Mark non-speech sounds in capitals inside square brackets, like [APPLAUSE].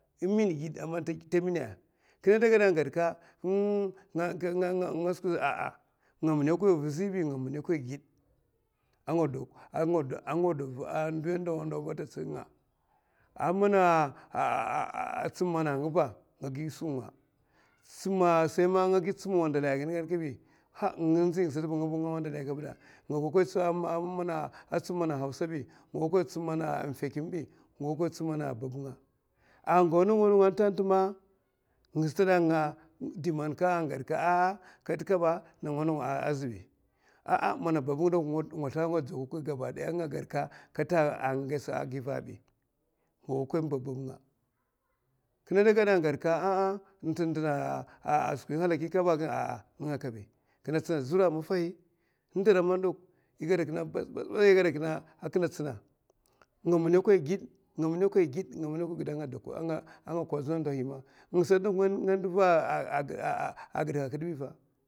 Winè giè man ta winè kinè da gaè, [HESITATION] kinè da goè vizi ɓi nga winè koy giè ammana [HESITATION] a nga gakoy tsum mana a hausa ɓi nga ga kon tsum mana fèkim ɓi nga gokona tsum mana babbnga ko man a goè nawa nawa ba [HESITATION] kinè da gaè a gaèka [HESITATION] n'ta n'dɗna [HESITATION] a skwi halaki kaɓa a kinè sa nènga kaɓi, kinè tsina zura kaèè? Maffahi, a kinè tsina nga winè koy giè a nga kozina a ndohi, [HESITATION] nga ndiva agiè hakud ɓi fa